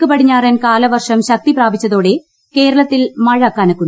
തെക്ക് പടിഞ്ഞാറൻ കാലവർഷം ശക്തിപ്രാപിച്ചതോടെ കേരളത്തിൽ മഴ കനക്കുന്നു